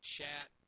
Chat